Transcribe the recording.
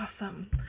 Awesome